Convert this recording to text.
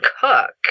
cook